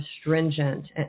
stringent